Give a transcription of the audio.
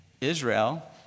Israel